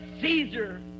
Caesar